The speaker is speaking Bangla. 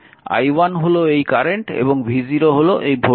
i1 হল এই কারেন্ট এবং v0 হল এই ভোল্টেজ